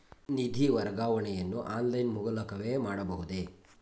ನಿಧಿ ವರ್ಗಾವಣೆಯನ್ನು ಆನ್ಲೈನ್ ಮೂಲಕವೇ ಮಾಡಬಹುದೇ?